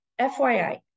FYI